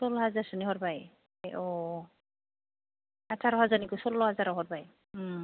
सरल' हाजारसोनि हरबाय अ' आथार' हाजारनिखौ सरल' हाजारावनो हरबाय